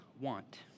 want